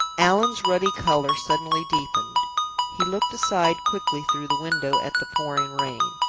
allan's ruddy color suddenly deepened he looked aside quickly through the window at the pouring rain.